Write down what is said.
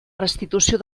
restitució